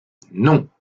non